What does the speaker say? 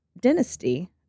dynasty